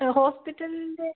ആ ഹോസ്പിറ്റലിൻ്റെ